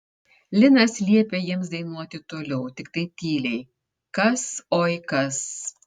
linas liepė jiems dainuoti toliau tiktai tyliai kas oi kas